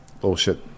bullshit